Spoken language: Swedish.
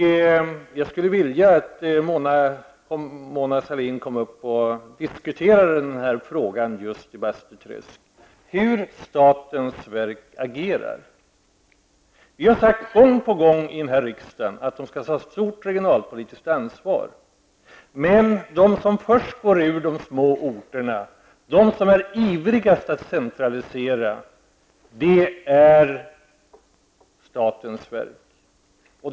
Därför skulle jag önska att Mona Sahlin kunde komma upp till Västerbotten och diskutera den här frågan just i Bastuträsk. Det gäller alltså hur statens verk agerar. Vi har gång på gång sagt här i kammaren att man skall ta ett stort regionalpolitiskt ansvar. Men de som först lämnar små orter och som är ivrigast att centralisera är statens verk.